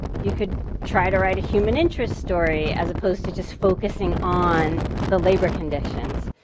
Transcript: you could try to write a human interest story as opposed to just focusing on the labor conditions.